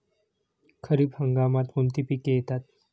खरीप हंगामात कोणती पिके येतात?